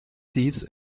thieves